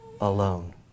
Alone